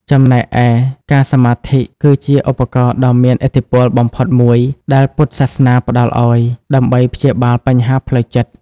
ចំណែកឯការសមាធិ គឺជាឧបករណ៍ដ៏មានឥទ្ធិពលបំផុតមួយដែលពុទ្ធសាសនាផ្ដល់ឱ្យ ដើម្បីព្យាបាលបញ្ហាផ្លូវចិត្ត។